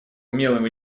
умелым